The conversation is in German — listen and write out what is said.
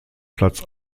platz